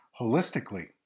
holistically